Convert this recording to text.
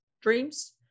dreams